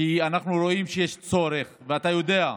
אנחנו רואים שיש צורך, אתה יודע.